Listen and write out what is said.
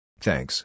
Thanks